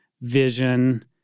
vision